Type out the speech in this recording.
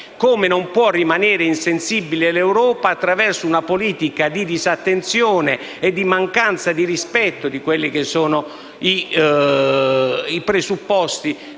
come non può rimanere insensibile l'Europa attraverso una politica di disattenzione e di mancanza di rispetto nei confronti dei presupposti